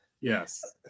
Yes